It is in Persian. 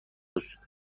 است